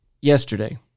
yesterday